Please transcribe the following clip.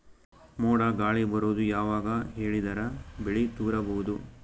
ಮೋಡ ಗಾಳಿ ಬರೋದು ಯಾವಾಗ ಹೇಳಿದರ ಬೆಳೆ ತುರಬಹುದು?